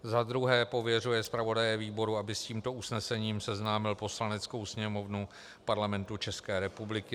2. pověřuje zpravodaje výboru, aby s tímto usnesením seznámil Poslaneckou sněmovnu Parlamentu České republiky;